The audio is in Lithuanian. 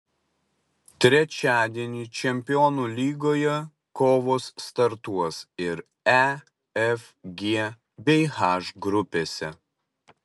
trečiadienį čempionų lygoje kovos startuos ir e f g bei h grupėse